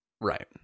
Right